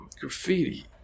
graffiti